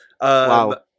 Wow